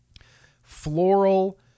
floral